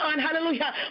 hallelujah